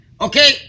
Okay